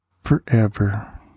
forever